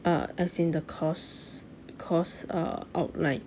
uh as in the course course uh outline